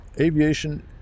aviation